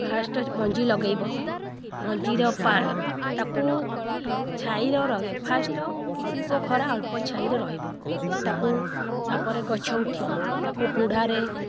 first ମଞ୍ଜି ଲଗାଇବ ମଞ୍ଜିର ତାକୁ ଛାଇର ରହିବ ଫାଷ୍ଟ ଅଳ୍ପ ଖରା ଅଳ୍ପ ଛାଇରେ ରହିବ ତାକୁ ତା'ପରେ ଗଛ ଉଠିବ ତାକୁ ହୁଡ଼ାରେ